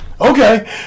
Okay